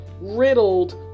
riddled